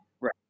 Right